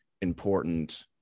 important